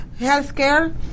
healthcare